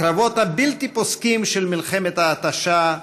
הקרבות הבלתי-פוסקים של מלחמת ההתשה,